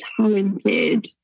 talented